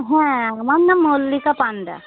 হ্যাঁ আমার নাম মল্লিকা পান্ডা